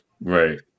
Right